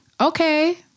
Okay